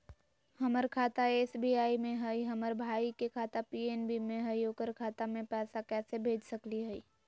हमर खाता एस.बी.आई में हई, हमर भाई के खाता पी.एन.बी में हई, ओकर खाता में पैसा कैसे भेज सकली हई?